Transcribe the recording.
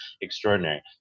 Extraordinary